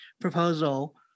proposal